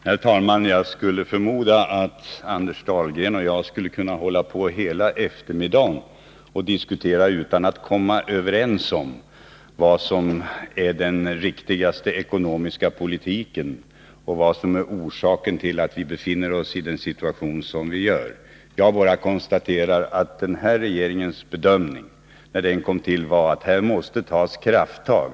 Herr talman! Jag förmodar att Anders Dahlgren och jag skulle kunna hålla på hela eftermiddagen och diskutera utan att komma överens om vad som är den riktigaste ekonomiska politiken och vad som är orsaken till att vi befinner oss i den situation som vi har. Jag bara konstaterar att den bedömning som den nuvarande regeringen gjorde när den tillträdde var att här måste tas krafttag.